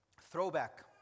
throwback